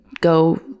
go